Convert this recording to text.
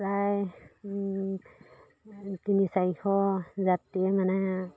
প্ৰায় তিনি চাৰিশ যাত্ৰী মানে